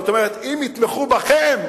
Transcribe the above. זאת אומרת, אם יתמכו בכם,